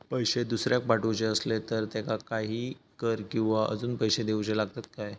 पैशे दुसऱ्याक पाठवूचे आसले तर त्याका काही कर किवा अजून पैशे देऊचे लागतत काय?